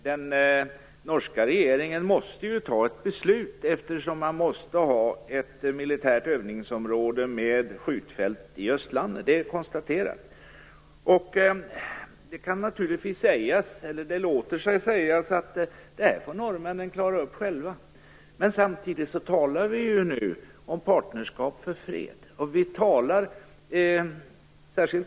Den norska regeringen måste ju ta ett beslut, eftersom man måste ha ett militärt övningsområde med skjutfält i östlandet. Det är konstaterat. Det låter sig naturligtvis sägas att norrmännen får klara upp det här själva, men samtidigt talar vi ju nu om Partnerskap för fred, PFP.